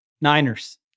Niners